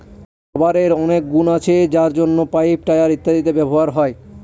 রাবারের অনেক গুন আছে যার জন্য পাইপ, টায়ার ইত্যাদিতে ব্যবহার হয়